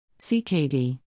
CKD